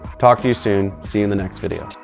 talk to you soon. see you in the next video.